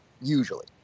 usually